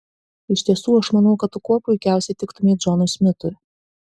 iš tiesų aš manau kad tu kuo puikiausiai tiktumei džonui smitui